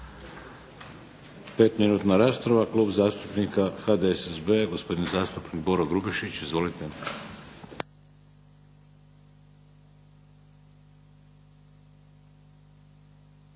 Petminutna rasprava, Klub zastupnika HDSSB-a, gospodin zastupnik Boro Grubišić. Izvolite.